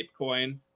ApeCoin